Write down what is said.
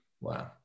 Wow